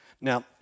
Now